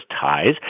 ties